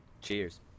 Cheers